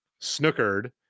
snookered